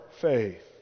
faith